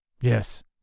Yes